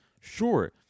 sure